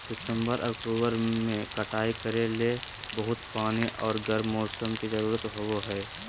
सितंबर, अक्टूबर में कटाई करे ले बहुत पानी आर गर्म मौसम के जरुरत होबय हइ